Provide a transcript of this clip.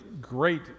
great